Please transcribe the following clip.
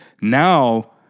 now